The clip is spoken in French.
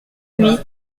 huit